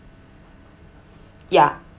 ya